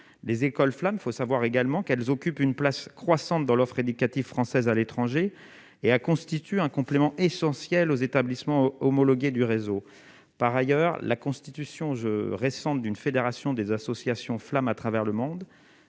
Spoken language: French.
les écoles flamme faut savoir également qu'elles occupent une place croissante dans l'offre éducative française à l'étranger et à constitue un complément essentiel aux établissements homologués du réseau par ailleurs la constitution je récente d'une fédération des associations flamme à travers le monde